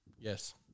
Yes